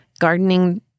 Gardening